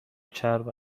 چرب